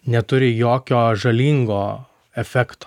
neturi jokio žalingo efekto